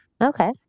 Okay